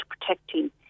protecting